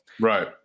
right